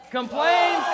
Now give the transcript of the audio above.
Complain